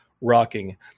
rocking